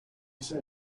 say